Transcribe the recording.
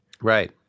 Right